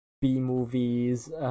B-movies